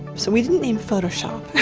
so we didn't name photoshop,